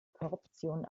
korruption